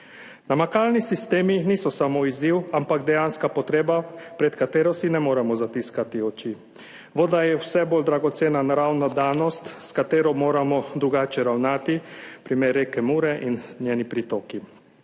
Namakalni sistemi niso samo izziv, ampak dejanska potreba, pred katero si ne moremo zatiskati oči. Voda je vse bolj dragocena naravna danost, s katero moramo drugače ravnati, primer reke Mure in njeni pritoki.